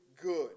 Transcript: good